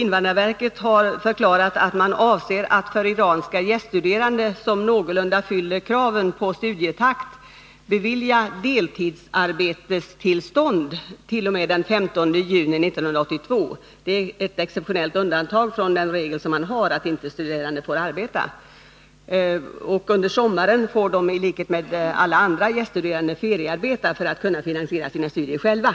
Invandrarverket har förklarat att man avser att för iranska gäststuderande som någorlunda uppfyller kraven på studietakt bevilja deltidsarbetstillstånd t.o.m. den 15 juni 1982. Det är ett exceptionellt undantag från regeln attstuderande inte får arbeta. Under sommaren får de i likhet med alla andra gäststuderande feriearbeta för att själva kunna finansiera sina studier.